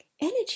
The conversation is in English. energy